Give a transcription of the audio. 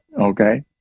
Okay